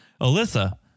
Alyssa